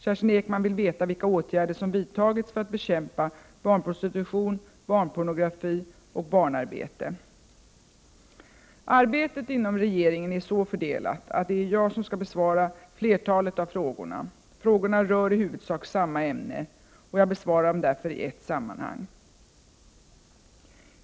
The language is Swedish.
Kerstin Ekman vill veta vilka åtgärder som vidtagits för att bekämpa barnprostitution, barnpornografi och barnarbete. Arbetet inom regeringen är så fördelat att det är jag som skall besvara flertalet av frågorna. Frågorna rör i huvudsak samma ämne. Jag besvarar dem därför i ett sammanhang.